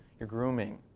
your grooming,